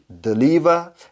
deliver